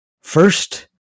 first